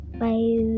bye